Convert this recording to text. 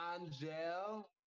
Angel